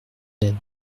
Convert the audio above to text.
lève